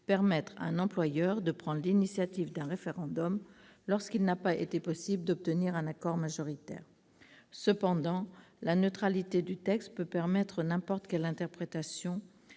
permettre à un employeur de prendre l'initiative d'un référendum lorsqu'il n'a pas été possible d'obtenir un accord majoritaire. Toutefois, la neutralité du texte permet n'importe quelle interprétation.